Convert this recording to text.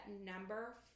number